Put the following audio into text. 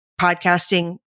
podcasting